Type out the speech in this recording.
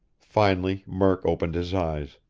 finally murk opened his eyes.